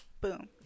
Boom